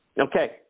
Okay